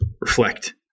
reflect